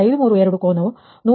532 ಕೋನ 183